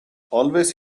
always